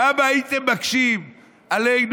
כמה הייתם מקשים עלינו,